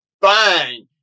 Bang